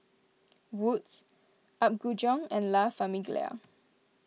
Wood's Apgujeong and La Famiglia